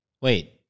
Wait